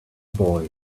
boy